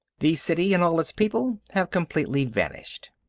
the city and all its people have completely vanished.